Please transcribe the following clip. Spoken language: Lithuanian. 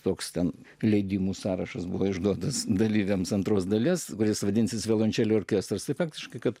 toks ten leidimų sąrašas buvo išduotas dalyviams antros dalies kuris vadinsis violončelių orkestras ir faktiškai kad